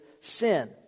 sin